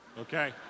Okay